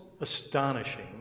astonishing